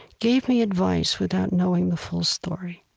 gave me advice without knowing the full story.